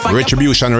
retribution